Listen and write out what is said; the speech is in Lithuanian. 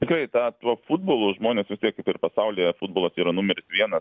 tikrai tą tuo futbolu žmonės vistiek kaip ir pasaulyje futbolas yra numeris vienas